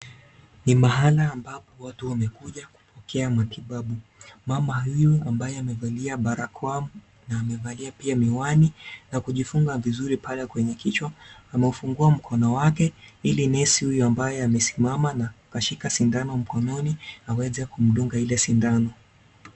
Ni mahala ambapo watu wamekuja kupokea matibabu, mama huyu ambaye amevalia barakoa na amevalia pia miwani na kujifunga vizuri pale kwenye kichwa ameufungua mkono wake ili nesi huyu ambaye amesimama na kukashika sindano mkononi aweze kumdunga ile sindano.